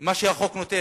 מה שהחוק נותן,